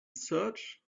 search